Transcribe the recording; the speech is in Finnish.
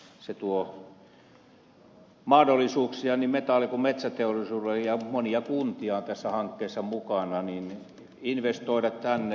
se tuo mahdollisuuksia niin metalli kuin metsäteollisuudelle ja monia kuntiakin on tässä hankkeessa mukana investoida tänne